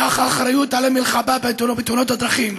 קח אחריות על המלחמה בתאונות הדרכים.